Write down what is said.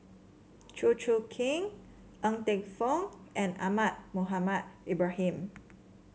Chew Choo Keng Ng Teng Fong and Ahmad Mohamed Ibrahim